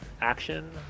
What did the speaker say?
action